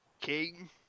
king